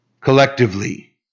collectively